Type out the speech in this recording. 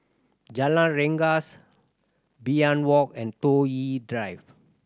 Jalan Rengas Walk and Toh Yi Drive